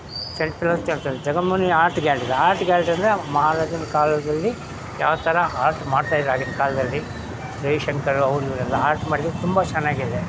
ಜಗ Moni art gallery art gallery ಅಂದರೆ ಮಹಾರಾಜನ ಕಾಲದಲ್ಲಿ ಯಾವ ಥರ ಆರ್ಟ್ ಮಾಡ್ತಾಯಿದ್ರೆ ಆಗಿನ ಕಾಲದಲ್ಲಿ ಜೈ ಶಂಕರ್ ಅವ್ರು ಇವರೆಲ್ಲ ಆರ್ಟ್ ಮಾಡಿದ್ದಾರೆ ತುಂಬ ಚೆನ್ನಾಗಿದೆ